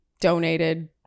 donated